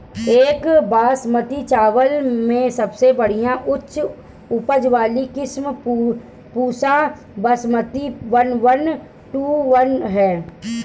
एक बासमती चावल में सबसे बढ़िया उच्च उपज वाली किस्म Pusa Basmati one one two one ह?